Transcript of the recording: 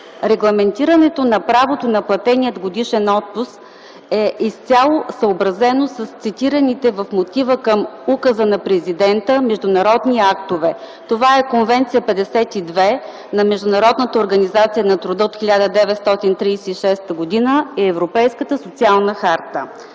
Регламентирането на правото на платения годишен отпуск е изцяло съобразено с цитираните в мотива към указа на президента международни актове – това е Конвенция 52 на Международната организация на труда от 1936 г. и Европейската социална харта.